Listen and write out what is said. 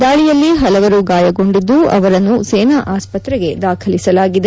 ದಾಳಿಯಲ್ಲಿ ಪಲವರು ಗಾಯಗೊಂಡಿದ್ದು ಅವರನ್ನು ಸೇನಾ ಆಸ್ಪತ್ರೆಗೆ ದಾಖಲಿಸಲಾಗಿದೆ